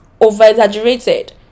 over-exaggerated